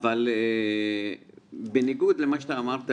אבל בניגוד למה שאתה אמרת,